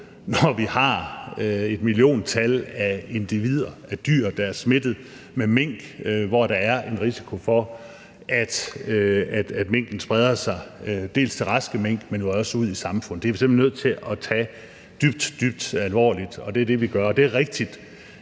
når vi har et milliontal af dyr, der er smittet, og hvor der er en risiko for, at smitten spreder sig til raske mink, men jo også ud i samfundet. Det er vi simpelt hen nødt til at tage dybt, dybt alvorligt, og det er det, vi gør. Og det er rigtigt,